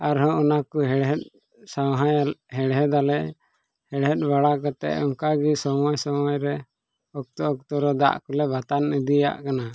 ᱟᱨᱦᱚᱸ ᱚᱱᱟ ᱠᱚ ᱦᱮᱲᱦᱮᱫ ᱥᱟᱶᱦᱟᱭ ᱦᱮᱲᱦᱮᱫᱟᱞᱮ ᱦᱮᱲᱦᱮᱫ ᱵᱟᱲᱟ ᱠᱟᱛᱮᱫ ᱚᱱᱠᱟ ᱜᱮ ᱥᱚᱢᱚᱭ ᱥᱚᱢᱚᱭ ᱨᱮ ᱚᱠᱛᱚ ᱚᱠᱛᱚ ᱨᱮ ᱫᱟᱜ ᱠᱚᱞᱮ ᱵᱟᱛᱟᱱ ᱤᱫᱤᱭᱟᱜ ᱠᱟᱱᱟ